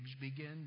begin